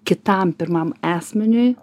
kitam pirmam asmeniui